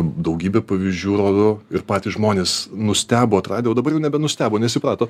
daugybė pavyzdžių rodo ir patys žmonės nustebo atradę jau dabar jau nebenustebo nes įprato